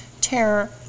terror